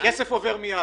הכסף עובר מייד.